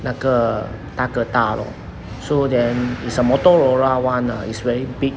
那个大哥大 lor so then it's a motorola one ah it's very big